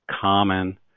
common